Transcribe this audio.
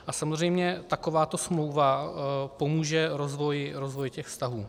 A samozřejmě takováto smlouva pomůže rozvoji těch vztahů.